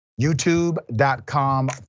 youtube.com